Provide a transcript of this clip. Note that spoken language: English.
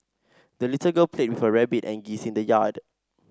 the little girl played with her rabbit and geese in the yard